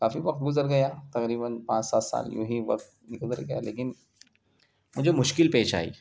کافی وقت گزر گیا تقریباً پانچ سات سال یونہی وقت گزر گیا لیکن مجھے مشکل پیش آئی